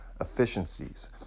efficiencies